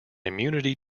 immunity